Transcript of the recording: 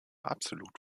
absolut